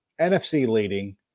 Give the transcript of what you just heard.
NFC-leading